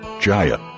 jaya